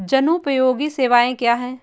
जनोपयोगी सेवाएँ क्या हैं?